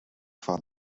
van